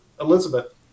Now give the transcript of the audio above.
Elizabeth